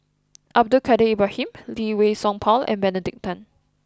Abdul Kadir Ibrahim Lee Wei Song Paul and Benedict Tan